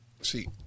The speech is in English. See